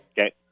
Okay